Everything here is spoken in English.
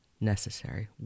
necessary